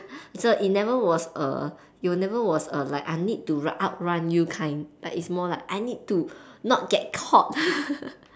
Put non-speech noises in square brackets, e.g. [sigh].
so it never was err it was never was err like I need to run outrun you kind like it was more like I need to not get caught [laughs]